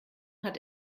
hat